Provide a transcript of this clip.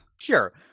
Sure